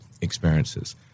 experiences